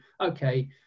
okay